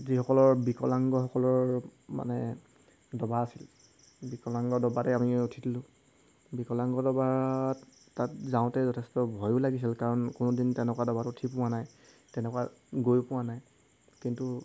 যিসকলৰ বিকলাংগসকলৰ মানে ডবা আছিল বিকলাংগ ডবাতে আমি উঠি দিলোঁ বিকলাংগ ডবাত তাত যাওঁতে যথেষ্ট ভয়ো লাগিছিল কাৰণ কোনোদিন তেনেকুৱা ডবাত উঠি পোৱা নাই তেনেকুৱা গৈ পোৱা নাই কিন্তু